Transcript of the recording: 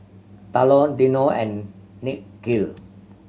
Talon Dino and Nikhil